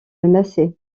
menacée